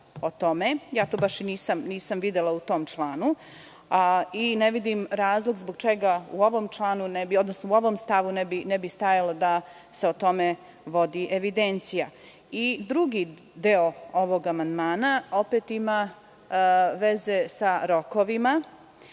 To baš i nisam videla u tom članu i ne vidim razlog zbog čega u ovom stavu ne bi stajalo da se o tome vodi evidencija. Drugi deo ovog amandmana opet ima veze sa rokovima.